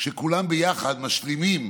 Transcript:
כשכולם ביחד משלימים